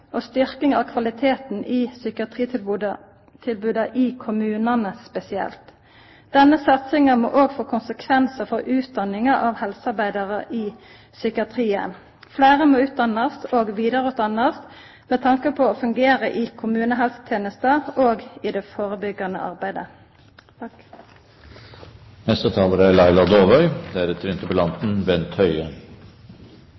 og styrking av kvaliteten i psykiatritilboda i kommunane spesielt. Denne satsinga må òg få konsekvensar for utdanninga av helsearbeidarar i psykiatrien. Fleire må utdannast og vidareutdannast med tanke på å fungera i kommunehelsetenesta og i det førebyggjande arbeidet.